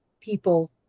people